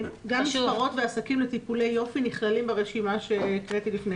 גם מספרות ועסקים לטיפולי יופי נכללים ברשימה שהקראתי לפניכם,